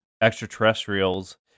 extraterrestrials